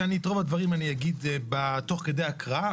שאת רוב הדברים אני אגיד תוך כדי הקראה.